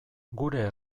gure